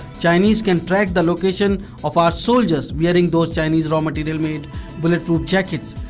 chinese can track the location of our soldiers wearing those chinese raw material made bullet proof jackets.